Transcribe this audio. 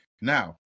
now